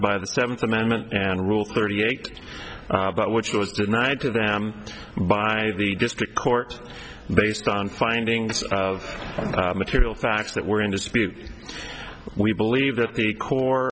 by the seventh amendment and rule thirty eight about which was denied to them by the district court based on findings of material facts that were in dispute we believe that the core